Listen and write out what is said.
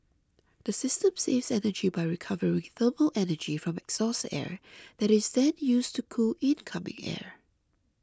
the system saves energy by recovering thermal energy from exhaust air that is then used to cool incoming air